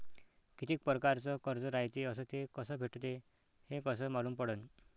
कितीक परकारचं कर्ज रायते अस ते कस भेटते, हे कस मालूम पडनं?